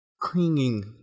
clinging